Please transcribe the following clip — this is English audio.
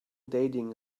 dating